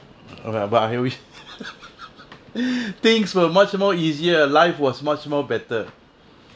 okay but I always things were much more easier life was much more better